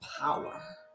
power